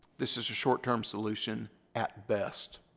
this is a short-term solution at best.